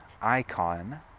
icon